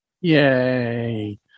Yay